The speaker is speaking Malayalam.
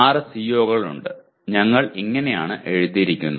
6 CO കൾ ഉണ്ട് ഞങ്ങൾ ഇങ്ങനെയാണ് എഴുതിയിരിക്കുന്നത്